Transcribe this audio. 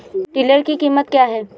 Tiller की कीमत क्या है?